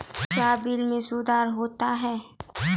क्या बिल मे सुधार होता हैं?